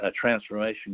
transformation